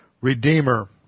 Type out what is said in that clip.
redeemer